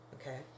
okay